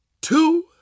two